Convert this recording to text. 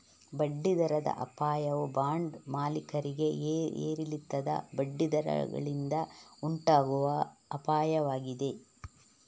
ಬಡ್ಡಿ ದರದ ಅಪಾಯವು ಬಾಂಡ್ ಮಾಲೀಕರಿಗೆ ಏರಿಳಿತದ ಬಡ್ಡಿ ದರಗಳಿಂದ ಉಂಟಾಗುವ ಅಪಾಯವಾಗಿದೆ